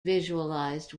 visualized